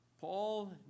Paul